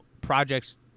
projects